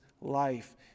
life